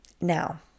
Now